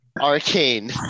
Arcane